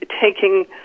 taking